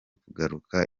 kugaruka